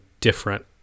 different